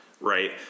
right